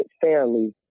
fairly